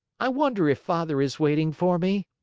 i wonder if father is waiting for me.